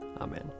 Amen